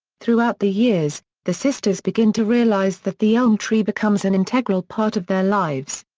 throughout the years, the sisters begin to realize that the elm tree becomes an integral part of their lives.